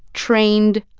trained,